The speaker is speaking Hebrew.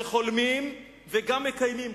של חולמים וגם מקיימים,